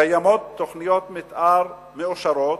קיימות תוכניות מיתאר מאושרות.